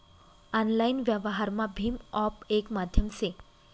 online व्यवहारमा भीम app येक माध्यम से